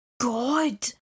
God